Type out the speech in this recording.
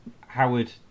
Howard